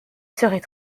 serait